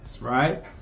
right